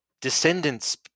descendants